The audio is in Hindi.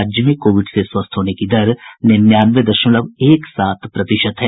राज्य में कोविड से स्वस्थ होने की दर निन्यानवे दशमलव एक सात प्रतिशत है